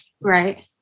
Right